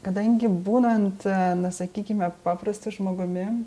kadangi būnant na sakykime paprastu žmogumi